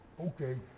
Okay